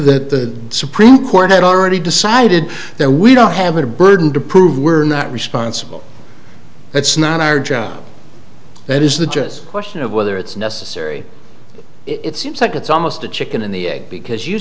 that the supreme court had already decided that we don't have a burden to prove we're not responsible it's not our job it is the just question of whether it's necessary it seems like it's almost a chicken and the egg because you